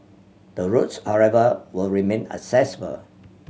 the roads however will remain accessible